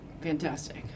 Fantastic